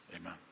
Amen